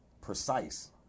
Precise